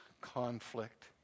conflict